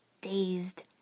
dazed